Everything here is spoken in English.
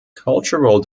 cultural